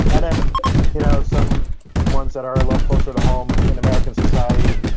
and then you know some ones that are a little closer to home in american society,